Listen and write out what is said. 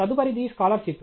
తదుపరిది స్కాలర్షిప్